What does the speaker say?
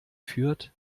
führt